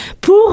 pour